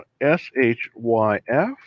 S-H-Y-F